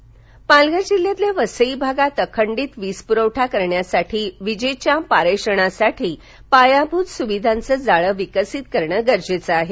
वीज परवठाबावनकळे पालघर पालघर जिल्ह्यातल्या वसई भागात अखंडित वीज प्रवठा करण्यासाठी विजेच्या पारेषणासाठी पायाभूत सुविधांचं जाळं विकसित करणं गरजेचं आहे